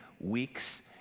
weeks